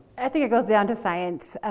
i think it goes down to science.